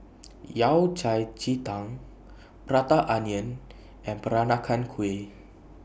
Yao Cai Ji Tang Prata Onion and Peranakan Kueh